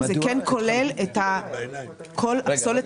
זה כן כולל את כל הפסולת